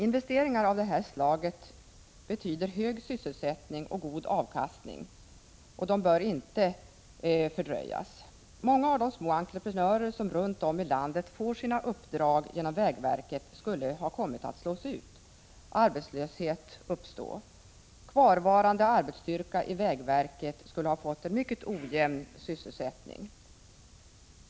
Investeringar av det här slaget betyder hög sysselsättning och god avkastning och bör inte fördröjas. Många av de små entreprenörer som runt om i landet får sina uppdrag genom vägverket skulle komma att slås ut, och arbetslöshet skulle uppstå. Kvarvarande arbetsstyrka i vägverket får en mycket ojämn sysselsättning.